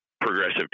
progressive